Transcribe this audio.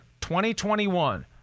2021